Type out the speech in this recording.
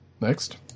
Next